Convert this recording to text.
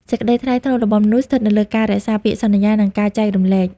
សេចក្ដីថ្លៃថ្នូររបស់មនុស្សស្ថិតលើការរក្សាពាក្យសន្យា និងការចែករំលែក។